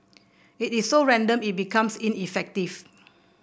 it is so random it becomes ineffective